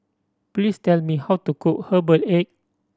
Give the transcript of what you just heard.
please tell me how to cook herbal egg